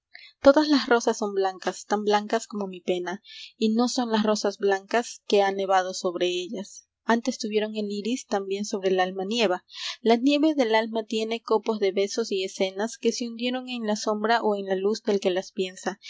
todas las rosas son blancas tan blancas como mi pena no son las rosas blancas que ha nevado sobre ellas antes tuvieron el iris también sobre el alma nieva la nieve del alma tiene copos de besos y escenas que se hundieron en la sombra o en la luz del que las piensa